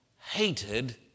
hated